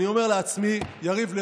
אני אומר לעצמי: יריב לוין,